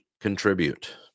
contribute